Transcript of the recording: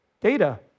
data